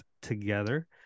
together